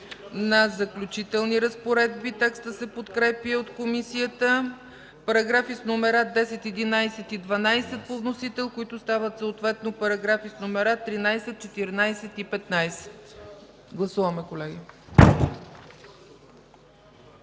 „Заключителни разпоредби” – текстът се подкрепя и от Комисията, параграфи с номера 10, 11 и 12 по вносител, които стават съответно параграфи с номера 13, 14 и 15. Гласуваме, колеги.